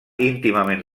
íntimament